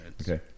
Okay